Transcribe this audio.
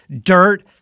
dirt